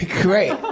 Great